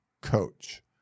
coach